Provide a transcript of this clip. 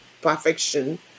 perfection